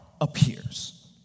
appears